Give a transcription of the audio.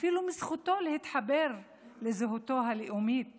אפילו מזכותו להתחבר לזהותו הלאומית